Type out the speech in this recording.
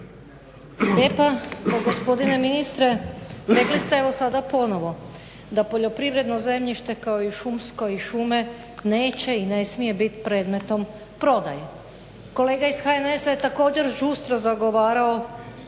lijepa. Pa gospodine ministre, rekli ste evo sada ponovo da poljoprivredno zemljište kao i šumsko i šume neće i ne smije bit predmetom prodaje. Kolega iz HNS-a je također žustro zagovarao